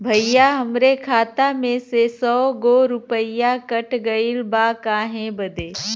भईया हमरे खाता मे से सौ गो रूपया कट गइल बा काहे बदे?